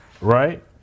right